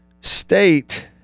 State